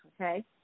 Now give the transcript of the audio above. okay